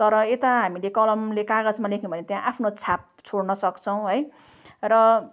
तर यता हामीले कलमले कागजमा लेख्यौँ भने त्यहाँ आफ्नो छाप छोड्न सक्छौँ है र